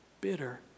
bitter